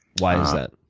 why is that?